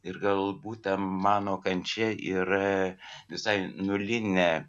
ir gal būtent mano kančia yra visai nulinė